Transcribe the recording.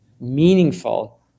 meaningful